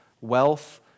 wealth